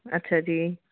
ਅੱਛਾ ਜੀ